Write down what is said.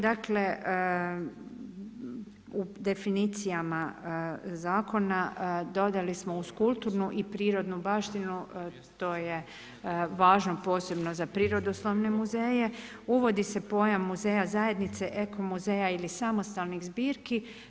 Dakle u definicijama zakona dodali smo uz kulturnu i prirodnu baštinu, to je važno posebno za prirodoslovne muzeje, uvodi se pojam muzeja zajednice, eko muzeja ili samostalnih zbirki.